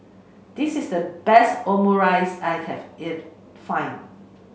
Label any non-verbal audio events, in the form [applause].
this is the best Omurice I [unintelligible] if find